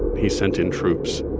he sent in troops